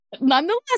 nonetheless